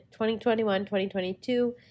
2021-2022